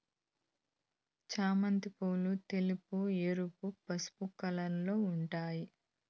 చామంతి పూలు తెలుపు, ఎరుపు, పసుపు కలర్లలో ఉంటాయి